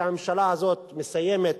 שהממשלה הזאת מסיימת